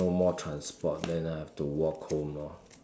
no more transport then I have to walk home lor